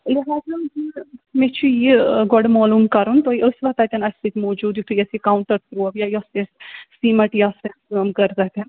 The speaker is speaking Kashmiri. لہٰذا مےٚ چھُ یہِ گۄڈٕ مولوٗم کَرُن تُہۍ ٲسوا تَتٮ۪ن اَسہِ سۭتۍ موٗجوٗد یِتھُے اَسہِ یہِ کاونٛٹر ترٛوو یا یۄس یۄس سیٖمَٹ یا سٮ۪کھ کٲم کٔر تَتٮ۪ن